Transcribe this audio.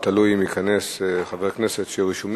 זה תלוי אם ייכנס חבר הכנסת שרשום.